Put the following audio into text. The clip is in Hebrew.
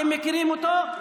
אתם מכירים אותו?